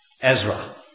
Ezra